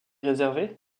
réservé